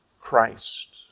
Christ